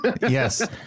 Yes